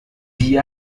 die